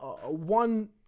one